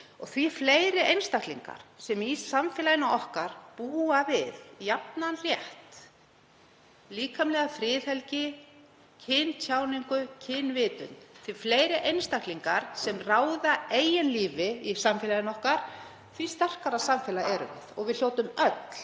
Því fleiri einstaklingar sem í samfélagi okkar búa við jafnan rétt, líkamlega friðhelgi, kyntjáningu, kynvitund, því fleiri einstaklingar sem ráða eigin lífi í samfélaginu, þeim mun sterkara samfélag erum við. Við hljótum öll